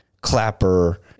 Clapper